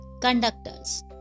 conductors